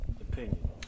opinion